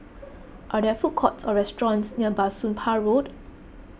are there food courts or restaurants near Bah Soon Pah Road